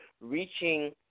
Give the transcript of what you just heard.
reaching